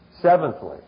Seventhly